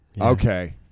Okay